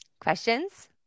questions